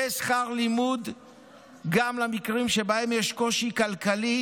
ושכר לימוד גם למקרים שבהם יש קושי כלכלי,